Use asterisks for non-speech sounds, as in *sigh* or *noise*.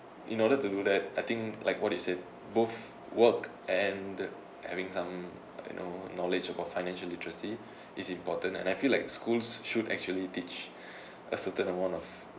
in order to do that I think like what it said both work and having some I know knowledge about financial literacy is important and I feel like schools should actually teach *breath* a certain amount of